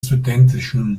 studentischen